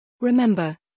Remember